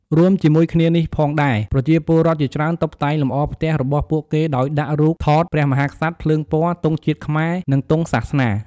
រួមជាមួយគ្នានេះផងដែរ ប្រជាពលរដ្ឋជាច្រើនតុបតែងលម្អផ្ទះរបស់ពួកគេដោយដាក់រូបថតព្រះមហាក្សត្រ ភ្លើងពណ៌ ទង់ជាតិខ្មែរ និងទង់សាសនា។